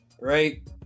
right